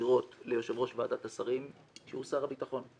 ישירות ליושב ראש ועדת השרים שהוא שר הביטחון.